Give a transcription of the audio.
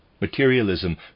Materialism